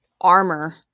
armor